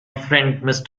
friend